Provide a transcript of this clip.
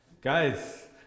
Guys